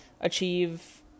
achieve